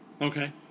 okay